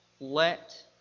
let